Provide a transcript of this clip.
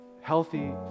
healthy